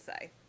say